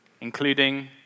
including